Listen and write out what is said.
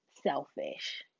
selfish